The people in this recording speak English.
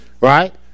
Right